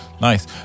Nice